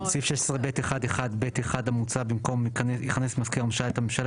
הצבעה בעד, 4 נגד,